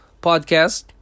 podcast